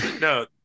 No